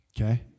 Okay